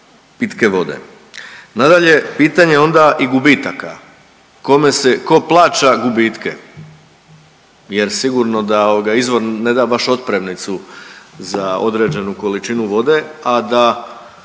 pitanje je onda i gubitaka, kome se, ko plaća gubitke? Jer sigurno da ovoga izvor ne da baš otpremnicu za određenu količinu vode, a da